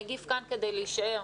הנגיף כאן כדי להישאר.